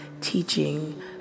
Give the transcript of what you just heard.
teaching